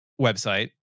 website